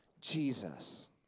Jesus